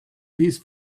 piece